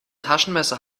taschenmesser